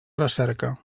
recerca